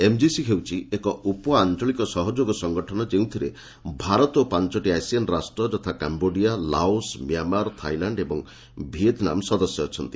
MGC ହେଉଛି ଏକ ଉପଆଞ୍ଚଳିକ ସହଯୋଗ ସଂଗଠନ ଯେଉଁଥିରେ ଭାରତ ଓ ପାଞ୍ଚଟି ଆସିଆନ୍ ରାଷ୍ଟ୍ର ଯଥା କାମ୍ଘୋଡ଼ିଆ ଲାଓସ ମ୍ୟାମାର୍ ଥାଇଲାଣ୍ଡ ଓ ଭିଏତନାମ ସଦସ୍ୟ ଅଛନ୍ତି